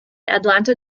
atlanta